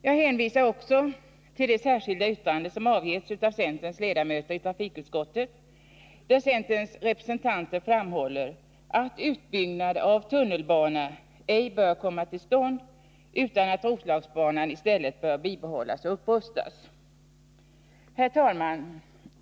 Jag hänvisar också till det särskilda yttrande som avgetts av centerns ledamöter i trafikutskottet, där centerns representanter framhåller att utbyggnad av tunnelbana ej bör komma till stånd, utan att Roslagsbanan i stället bör bibehållas och upprustas. Herr talman!